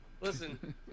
Listen